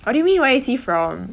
what do you mean where is he from